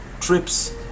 trips